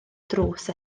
drws